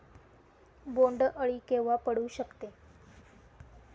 बोंड अळी केव्हा पडू शकते?